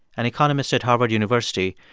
an economist at harvard university,